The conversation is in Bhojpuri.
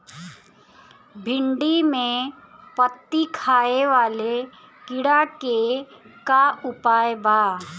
भिन्डी में पत्ति खाये वाले किड़ा के का उपाय बा?